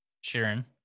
Sharon